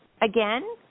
again